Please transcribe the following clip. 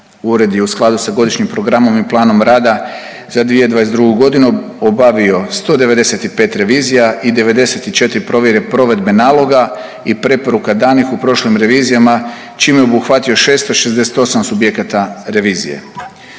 Ured je u skladu sa Godišnjim programom i planom rada za 2022. godinu obavio 195 revizija i 94 provjere provedbe naloga i preporuka danih u prošlim revizijama čime je obuhvatio 668 subjekata revizije.